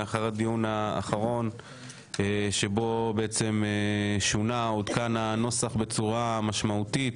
לאחר הדיון האחרון שבו שונה או עודכן הנוסח בצורה משמעותית,